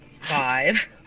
Five